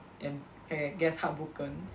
and I guess heartbroken